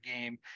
game